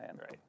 Right